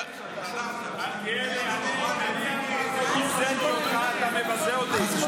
התנדבת --- מלכיאלי, אני --- ואתה מבזה אותי.